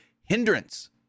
hindrance